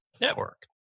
network